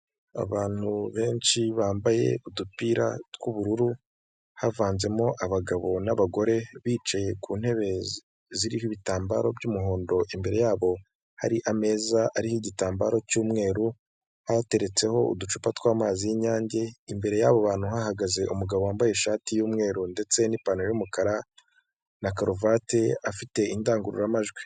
Abantu benshi bambaye udupira tw'ubururu havanzemo abagabo n'abagore bicaye ku ntebe ziriho ibitambaro by'umuhondo imbere yabo hari ameza ariho igitambaro cy'umweru, hateretseho uducupa tw'amazi y'inyange, imbere yabo bantu hahagaze umugabo wambaye ishati y'umweru ndetse n'ipantaro y'umukara na karuvati afite indangururamajwi.